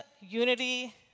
unity